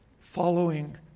following